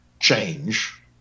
change